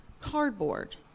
cardboard